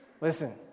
Listen